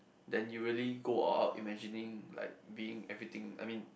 then you really go all out imagining like being everything I mean